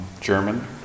German